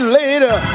later